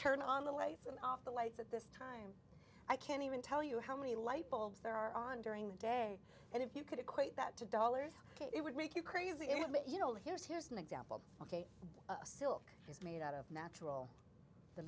turn on the way and off the lights at this time i can't even tell you how many light bulbs there are on during the day and if you could equate that to dollars it would make you crazy but you know here's here's an example ok silk is made out of natural the